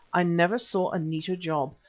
i never saw a neater job.